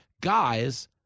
Guys